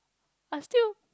but still